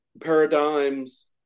paradigms